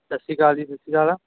ਸਤਿ ਸ਼੍ਰੀ ਅਕਾਲ ਜੀ ਸਤਿ ਸ਼੍ਰੀ ਅਕਾਲ